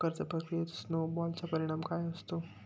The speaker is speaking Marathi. कर्ज प्रक्रियेत स्नो बॉलचा परिणाम काय असतो?